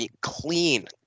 clean